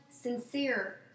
sincere